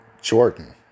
jordan